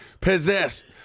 Possessed